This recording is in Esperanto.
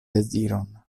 deziron